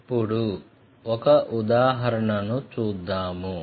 ఇప్పుడు ఒక ఉదాహరణను చూద్దాము